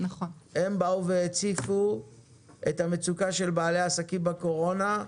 הן באו והציפו את המצוקה של בעלי עסקים בקורונה,